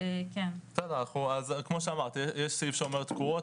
כמו שאמרת - יש סעיף שאומר תקורות,